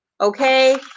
okay